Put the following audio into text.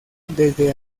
desde